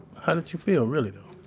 how did you feel, really though?